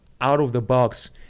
out-of-the-box